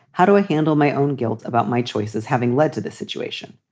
how do i handle my own guilt about my choices having led to this situation?